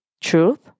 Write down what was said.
truth